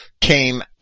came